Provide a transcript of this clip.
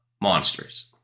monsters